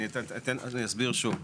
אני אסביר שוב.